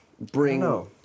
bring